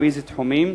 ובאילו תחומים?